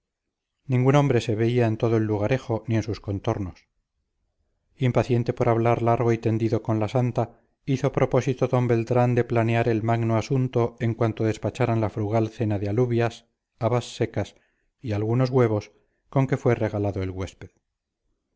ningún hombre se veía en todo el lugarejo ni en sus contornos impaciente por hablar largo y tendido con la santa hizo propósito d beltrán de plantear el magno asunto en cuanto despacharan la frugal cena de alubias habas secas y algunos huevos con que fue regalado el huésped